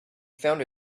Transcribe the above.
found